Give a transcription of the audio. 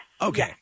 Okay